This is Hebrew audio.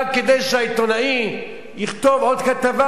רק כדי שהעיתונאי יכתוב עוד כתבה,